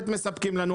לנו,